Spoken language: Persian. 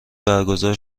برگزار